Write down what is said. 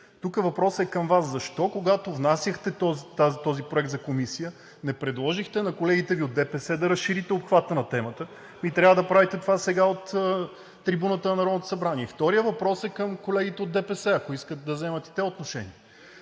тук въпросът е към Вас: защо, когато внасяхте този проект за комисия, не предложихте на колегите Ви от ДПС да разширите обхвата на темата и трябва да правите това от трибуната на Народното събрание? Вторият въпрос е към колегите от ДПС – ако искат, и те да вземат отношение.